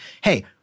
hey